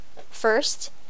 First